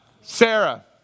Sarah